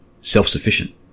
self-sufficient